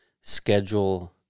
schedule